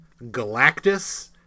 Galactus